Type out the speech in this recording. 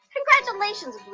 Congratulations